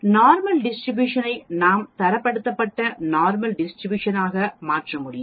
normal distribution ஐ நாம் தரப்படுத்தப்பட்ட நார்மல் டிஸ்ட்ரிபியூஷன் ஆக மாற்ற முடியும்